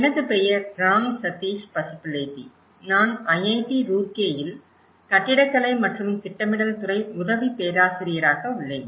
எனது பெயர் ராம் சதீஷ் பசுபுளேட்டி நான் ஐஐடி ரூர்கேயில் கட்டிடக்கலை மற்றும் திட்டமிடல் துறை உதவி பேராசிரியராக உள்ளேன்